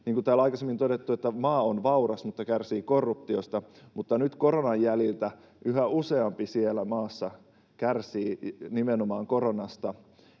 on aikaisemmin todettu, maa on vauras mutta kärsii korruptiosta, mutta nyt koronan jäljiltä yhä useampi siellä maassa kärsii nimenomaan koronasta,